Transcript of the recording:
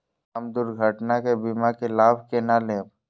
हम दुर्घटना के बीमा के लाभ केना लैब?